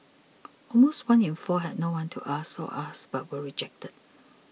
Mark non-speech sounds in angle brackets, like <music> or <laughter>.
<noise> almost one in four had no one to ask or asked but were rejected